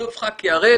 האלוף חקי הראל,